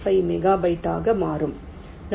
5 megabyte ஆக மாறும்